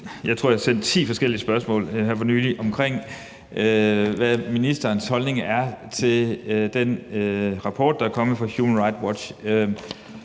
Jeg tror, jeg har sendt ti forskellige spørgsmål her for nylig omkring, hvad ministerens holdning er til den rapport, der er kommet fra Human Rights Watch,